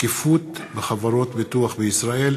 שקיפות בחברות ביטוח בישראל,